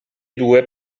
due